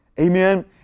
amen